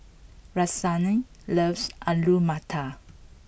Rahsaan loves Alu Matar